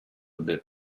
bit